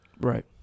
Right